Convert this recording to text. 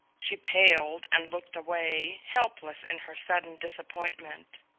she paled and looked away, helpless in her sudden disappointment.